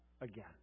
again